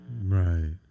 Right